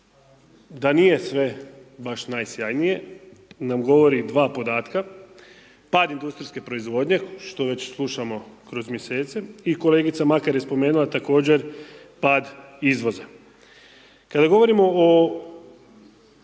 da nije sve baš najsjajnije nam govori 2 podatka, pad industrijske proizvodnje što već slušamo kroz mjesece i kolegica Makar je spomenula također pad izvoza. Kada govorimo o